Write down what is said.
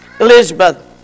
Elizabeth